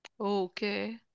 Okay